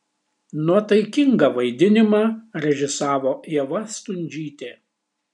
nuotaikingą vaidinimą režisavo ieva stundžytė